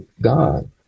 God